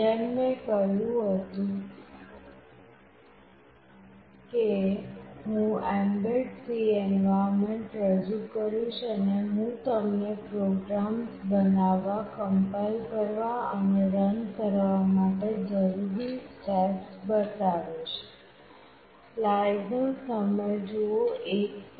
જેમ મેં કહ્યું હતું કે હું એમ્બેડ C એન્વાયર્મેન્ટ રજૂ કરીશ અને હું તમને પ્રોગ્રામ્સ બનાવવા કમ્પાઇલ કરવા અને રન કરવા માટે જરૂરી સ્ટેપ્સ બતાવીશ